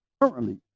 Currently